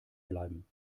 bleiben